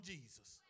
Jesus